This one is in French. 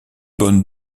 bonne